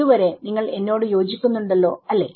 ഇതുവരെ നിങ്ങൾ എന്നോട് യോജിക്കുന്നുണ്ടല്ലോ അല്ലെ